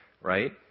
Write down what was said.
right